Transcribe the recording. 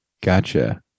Gotcha